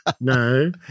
No